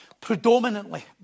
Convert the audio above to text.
predominantly